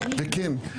וכן,